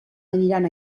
aniran